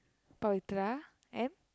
Pavithra and